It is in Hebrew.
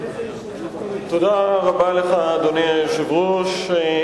תודה רבה לך, אדוני היושב-ראש.